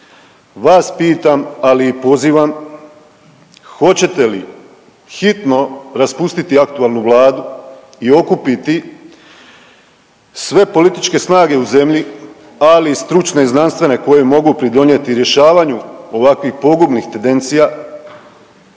Vas pitam, ali i pozivam hoćete li hitno raspustiti aktualnu vladu i okupiti sve političke snage u zemlji ali i stručne i znanstvene koje mogu pridonijeti rješavanju ovakvih pogubnih tendencija